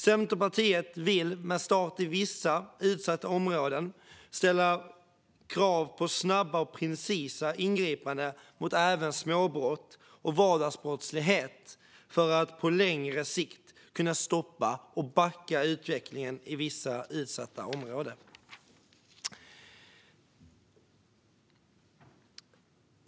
Centerpartiet vill, med start i vissa utsatta områden, ställa krav på snabba och precisa ingripanden även mot småbrott och vardagsbrottslighet för att på längre sikt stoppa och backa utvecklingen i dessa områden.